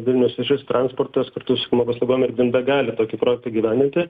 vilniaus viešasis transportas kartu su paslaugom ir grinda gali tokį projektą įgyvendinti